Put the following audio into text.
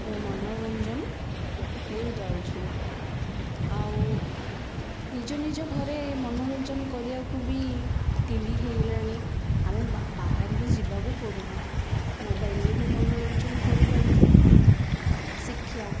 ମନୋରଞ୍ଜନ ହେଇ ଯାଉଛୁ ଆଉ ନିଜ ନିଜ ଘରେ ମନୋରଞ୍ଜନ କରିବାକୁ ବି ଟି ଭି ହେଇଗଲାଣି ଆମେ ବାହାରକୁ ଯିବାକୁ ପଡ଼ୁନି ମୋବାଇଲରେ ବି ମନୋରଞ୍ଜନ କରିପାରୁଛୁ ଶିକ୍ଷା